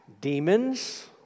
demons